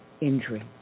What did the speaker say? injury